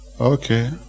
Okay